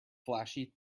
flashy